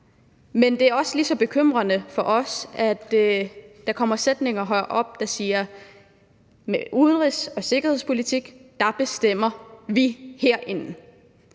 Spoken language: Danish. men det er også lige så bekymrende for os, at der bliver udtalt sætninger heroppefra, hvor man siger: Udenrigspolitik og sikkerhedspolitik bestemmer vi herinde.